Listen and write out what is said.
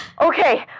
okay